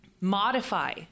modify